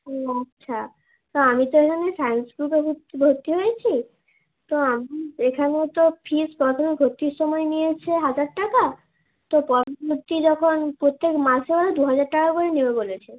ও আচ্ছা তো আমি তো এখানে সায়েন্স গ্রুপে ভর্তি হয়েছি তো আমি এখানে তো ফিজ প্রথমে ভর্তির সময় নিয়েছে হাজার টাকা তো পরবর্তী যখন প্রত্যেক মাসে ওরা দুহাজার টাকা করে নেবে বলেছে